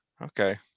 Okay